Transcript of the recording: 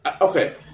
Okay